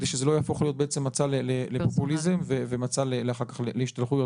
כדי שלא יהפוך בעצם מצע לפופוליזם ומצע אחר כך להשתלחויות.